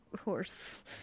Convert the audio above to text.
horse